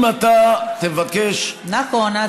אם אתה תבקש, נכון.